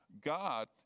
God